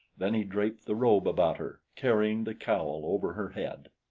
then he draped the robe about her, carrying the cowl over her head.